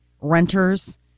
renters